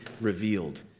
revealed